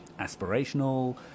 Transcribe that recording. aspirational